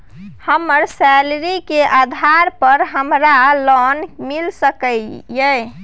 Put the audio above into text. हमर सैलरी के आधार पर हमरा लोन मिल सके ये?